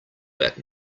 that